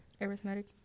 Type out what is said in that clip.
arithmetic